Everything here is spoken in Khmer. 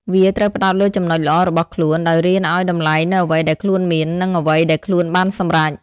វាត្រូវផ្តោតលើចំណុចល្អរបស់ខ្លួន ដោយរៀនឲ្យតម្លៃនូវអ្វីដែលខ្លួនមាន និងអ្វីដែលខ្លួនបានសម្រេច។